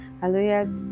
Hallelujah